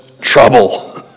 trouble